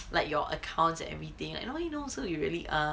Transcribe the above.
like your accounts and everything like everybody knows who you really are